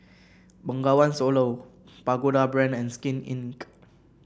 Bengawan Solo Pagoda Brand and Skin Inc